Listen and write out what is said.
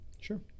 Sure